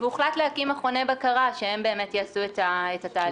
הוחלט להקים מכוני בקרה שהם יעשו את התהליך הזה.